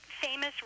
famous